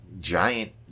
giant